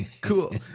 Cool